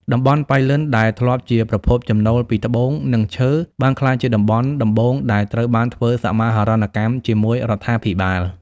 តំបន់ប៉ៃលិនដែលធ្លាប់ជាប្រភពចំណូលពីត្បូង និងឈើ បានក្លាយជាតំបន់ដំបូងដែលត្រូវបានធ្វើសមាហរណកម្មជាមួយរដ្ឋាភិបាល។